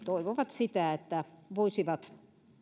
toivovat että voisivat